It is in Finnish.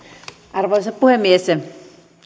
arvoisa puhemies